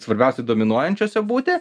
svarbiausia dominuojančiuose būti